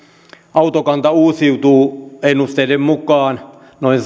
autokanta uusiutuu ennusteiden mukaan noin